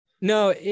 No